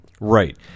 Right